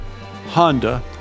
Honda